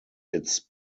its